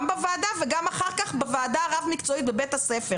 גם בוועדה וגם אחר כך בוועדה הרב-מקצועית בבית הספר